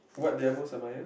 what they are most admire